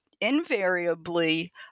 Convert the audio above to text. invariably